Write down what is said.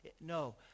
No